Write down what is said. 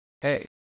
hey